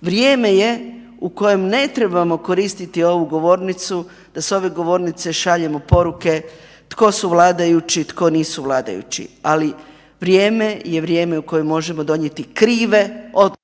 Vrijeme je u kojem ne trebamo koristiti ovu govornicu da s ove govornice šaljemo poruke tko su vladajući, tko nisu vladajući, ali vrijeme je vrijeme u kojem možemo donijeti krive odluke.